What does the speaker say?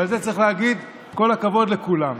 ועל זה צריך להגיד כל הכבוד לכולם.